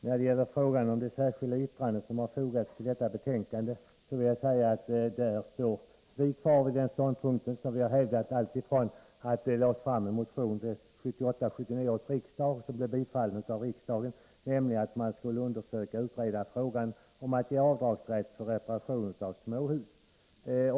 Herr talman! När det gäller det särskilda yttrande som har fogats till detta betänkande vill jag säga att vi står fast vid den ståndpunkt som vi har hävdat alltifrån det att centermotionen lades fram vid 1978/79 års riksmöte, och då bifölls av riksdagen, nämligen att frågan om avdragsrätt för reparationer av småhus skulle utredas.